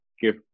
give